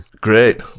Great